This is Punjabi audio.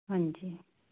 ਹਾਂਜੀ